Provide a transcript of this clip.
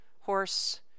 horse